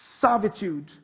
servitude